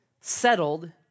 settled